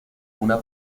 una